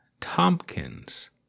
Tompkins